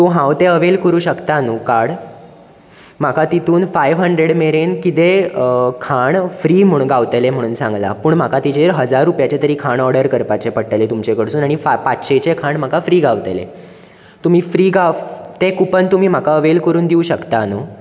so हांव तें avail करूं शकता न्हू कार्ड म्हाका तितून फायव हण्ड्रेड मेरेन कितेंय खाण फ्री म्हणून गावतलें म्हणून सांगलां पूण म्हाका तेजेर हजार रुपयाचें तरी खाण ऑर्डर करपाचें पडटलें तुमचे कडसून आणी फा पातशेचें खाण म्हाका फ्री गावतेलें तुमी फ्री गाफ तें कुपन तुमी म्हका अवेल करून दिवं शकता न्हूं